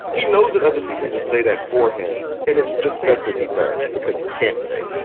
he knows that other people will say that for him. and it's just best that he does because he can't say